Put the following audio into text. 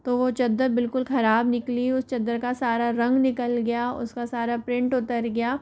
तो वो चादर बिल्कुल ख़राब निकली उस चादर का सारा रंग निकल गया उसका सारा प्रिंट उतर गया